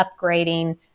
upgrading